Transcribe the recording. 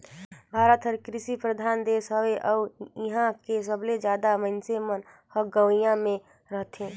भारत हर कृसि परधान देस हवे अउ इहां के सबले जादा मनइसे मन हर गंवई मे रथें